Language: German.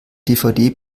dvd